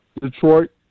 Detroit